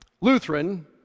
Lutheran